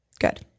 good